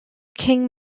king